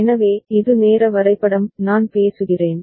எனவே இது நேர வரைபடம் நான் பேசுகிறேன்